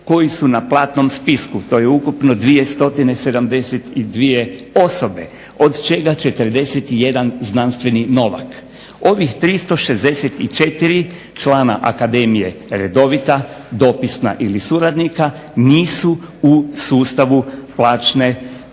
koji su na platnom spisku. To je ukupno 272 osobe od čega 41 znanstveni novak. Ovih 364 člana akademije redovita dopisna ili suradnika nisu u sustavu plaćanja